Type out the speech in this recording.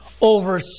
over